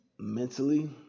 mentally